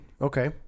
Okay